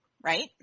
right